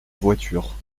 voiture